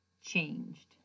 changed